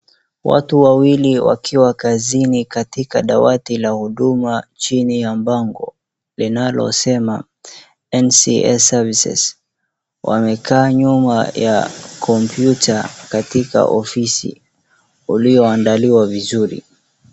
Watu wawili wakiwa kazini katika dawati la huduma chini ya bango linalosema NCS Services wamekaa nyuma ya kompyuta katika ofisi uliyoandaliwa vizuri.